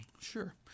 Sure